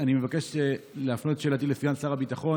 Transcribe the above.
אני מבקש להפנות את שאלתי לסגן שר הביטחון